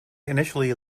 initially